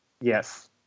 Yes